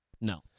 no